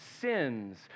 sins